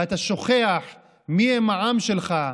ואתה שוכח מיהם העם שלך,